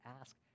ask